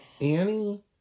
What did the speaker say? Annie